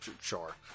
Sure